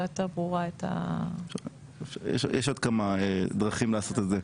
יותר ברורה את ה --- יש עוד כמה דרכים לעשות את זה.